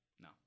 No